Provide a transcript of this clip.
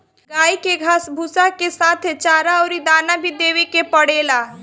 गाई के घास भूसा के साथे चारा अउरी दाना भी देवे के पड़ेला